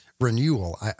renewal